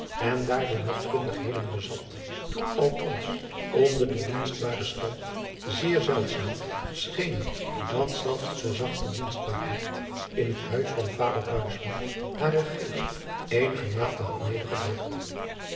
en daardoor nog kundigheden bezat toen althans onder den dienstbaren stand zeer zeldzaam scheen het dat zelfs de zachte dienstbaarheid in het huis van vader haren geest eenigermate had